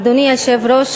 אדוני היושב-ראש,